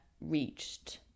reached